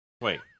Wait